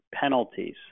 penalties